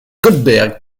goldberg